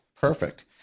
Perfect